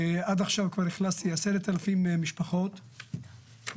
ועד עכשיו כבר אכלסתי 10,000 משפחות ויש